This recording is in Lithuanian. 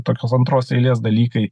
tokios antros eilės dalykai